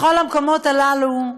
בכל המקומות הללו,